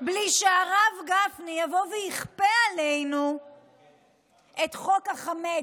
בלי שהרב גפני יבוא ויכפה עלינו את חוק החמץ.